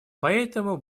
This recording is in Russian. поэтому